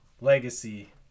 Legacy